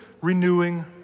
renewing